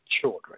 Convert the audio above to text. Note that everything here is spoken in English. children